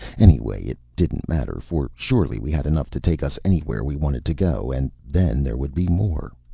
anyway, it didn't matter, for surely we had enough to take us anywhere we wanted to go, and then there would be more.